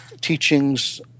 teachings